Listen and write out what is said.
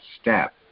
step